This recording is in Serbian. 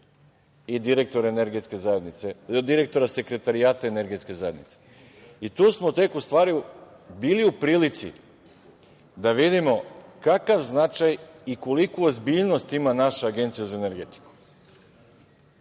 i direktora Sekretarijata Energetske zajednice. Tu smo tek u stvari bili u prilici da vidimo kakav značaj i koliku ozbiljnost ima naša Agencija za energetiku.